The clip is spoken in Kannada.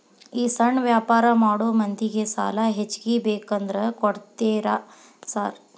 ಈ ಸಣ್ಣ ವ್ಯಾಪಾರ ಮಾಡೋ ಮಂದಿಗೆ ಸಾಲ ಹೆಚ್ಚಿಗಿ ಬೇಕಂದ್ರ ಕೊಡ್ತೇರಾ ಸಾರ್?